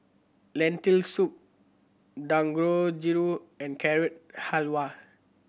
Lentil Soup Dangojiru and Carrot Halwa